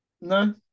No